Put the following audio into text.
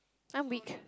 I'm weak